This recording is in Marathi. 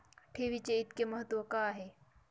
ठेवीचे इतके महत्व का आहे?